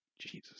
Jesus